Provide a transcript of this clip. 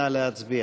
נא להצביע.